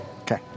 Okay